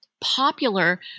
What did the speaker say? popular